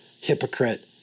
hypocrite